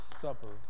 Supper